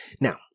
Now